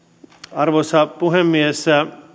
arvoisa puhemies